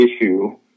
issue